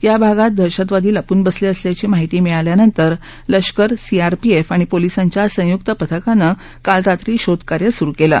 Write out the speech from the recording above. या भागात दहशतवादी लपून बसले असल्याची माहिती मिळाल्यानंतर लष्कर सीआरपीक्र आणि पोलिसांच्या संयुक्त पथकानं काल रात्री शोध कार्य सुरु केलं